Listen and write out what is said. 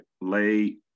lay